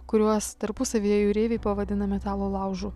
kuriuos tarpusavyje jūreiviai pavadino metalo laužu